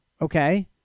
Okay